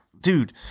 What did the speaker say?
Dude